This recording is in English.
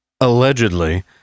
allegedly